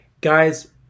Guys